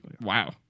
Wow